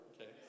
Okay